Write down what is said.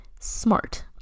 smart